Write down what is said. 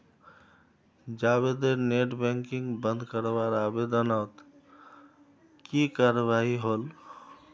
जावेदेर net banking बंद करवार आवेदनोत की कार्यवाही होल?